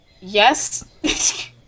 yes